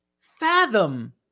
fathom